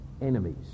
enemies